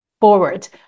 forward